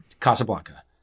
Casablanca